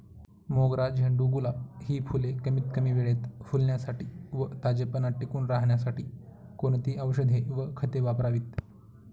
मोगरा, झेंडू, गुलाब हि फूले कमीत कमी वेळेत फुलण्यासाठी व ताजेपणा टिकून राहण्यासाठी कोणती औषधे व खते वापरावीत?